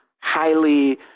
highly